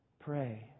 pray